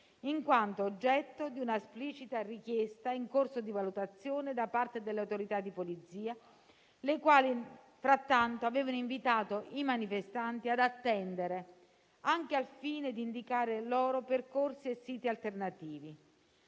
in quanto oggetto di una esplicita richiesta in corso di valutazione da parte delle autorità di polizia, le quali frattanto avevano invitato i manifestanti ad attendere, anche al fine di indicare loro percorsi e siti alternativi.